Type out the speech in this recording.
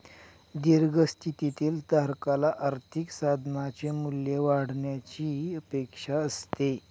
दीर्घ स्थितीतील धारकाला आर्थिक साधनाचे मूल्य वाढण्याची अपेक्षा असते